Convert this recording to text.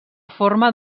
forma